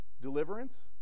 Deliverance